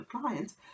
clients